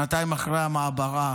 שנתיים אחרי המעברה,